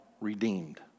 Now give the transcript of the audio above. redeemed